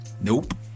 nope